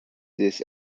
this